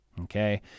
okay